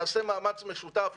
נעשה מאמץ משותף.